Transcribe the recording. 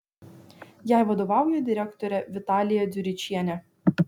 jai vadovauja direktorė vitalija dziuričienė